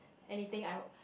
anything I